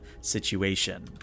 situation